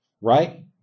Right